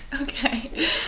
Okay